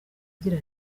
agira